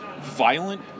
violent